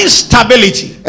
stability